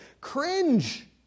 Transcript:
cringe